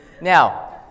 Now